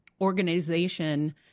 organization